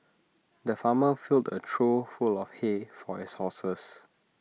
the farmer filled A trough full of hay for his horses